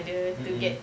mmhmm